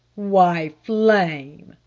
why, flame!